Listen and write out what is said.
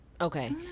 Okay